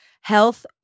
health